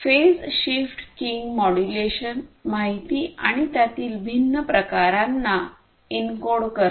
phase shift keying modulation माहिती आणि त्यातील भिन्न प्रकारांना एन्कोड करते